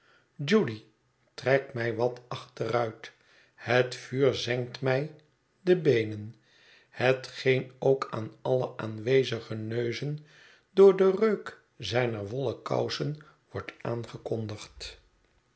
trek mij wat achteruit het vuur zengt mij de beenen hetgeen ook aan alle aanwezige neuzen door den reuk zijner wollen kousen wordt aangekondigd